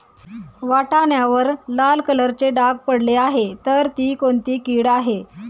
वाटाण्यावर लाल कलरचे डाग पडले आहे तर ती कोणती कीड आहे?